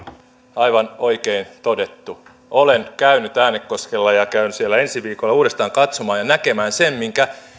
aivan oikein todettu olen käynyt äänekoskella ja käyn siellä ensi viikolla uudestaan katsomaan ja näkemään sen minkä